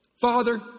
Father